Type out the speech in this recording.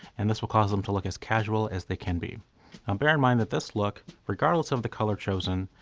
and this will cause them to look as casual as they can be. now um bear in mind that this look, regardless of the color chosen,